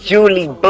Julie